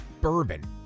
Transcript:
bourbon